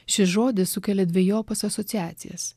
šis žodis sukelia dvejopas asociacijas